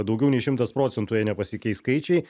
daugiau nei šimtas procentų jei nepasikeis skaičiai